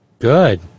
Good